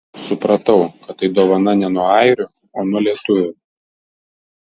supratau kad tai dovana ne nuo airių o nuo lietuvių